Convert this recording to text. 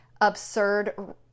absurd